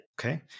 Okay